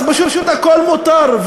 פשוט הכול מותר,